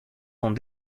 sont